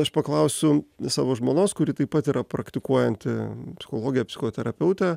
aš paklausiu savo žmonos kuri taip pat yra praktikuojanti psichologė psichoterapeutė